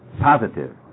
positive